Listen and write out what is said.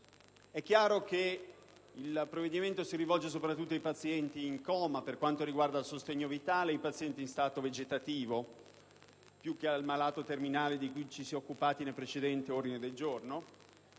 È chiaro che il provvedimento si rivolge soprattutto ai pazienti in coma, per quanto riguarda il sostegno vitale, e ai pazienti in stato vegetativo più che al malato terminale, di cui ci si è occupati nel precedente ordine del giorno.